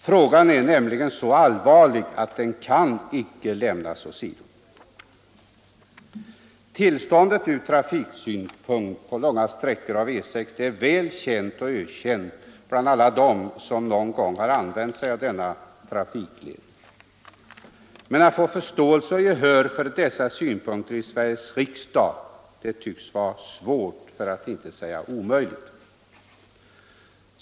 Frågan är nämligen så allvarlig att den icke kan lämnas åsido. Tillståndet ur trafiksynpunkt på långa sträckor av E 6 är väl känt och ökänt bland alla dem som någon gång har använt sig av denna trafikled, men att få förståelse och gehör för dessa synpunkter i Sveriges riksdag tycks vara svårt, för att inte säga omöjligt.